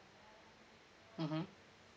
mmhmm